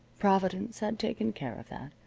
providence had taken care of that.